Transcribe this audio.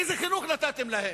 איזה חינוך נתתם להם?